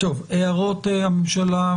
יש הערות של נציגי הממשלה?